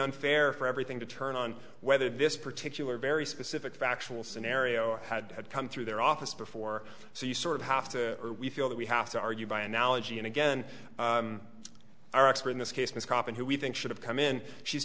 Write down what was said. unfair for everything to turn on whether this particular very specific factual scenario had come through their office before so you sort of have to feel that we have to argue by analogy and again our expert in this case miss crofton who we think should have come in she's